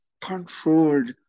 controlled